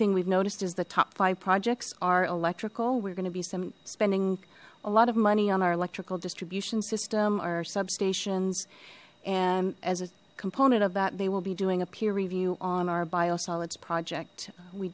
thing we've noticed is the top five projects are electrical we're going to be some spending a lot of money on our electrical distribution system our substations and as a component of that they will be doing a peer review on our